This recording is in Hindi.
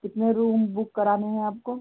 कितने रूम बुक कराने हैं आपको